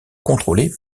contrôlée